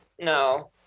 No